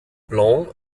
blanc